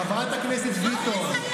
חברת הכנסת ביטון.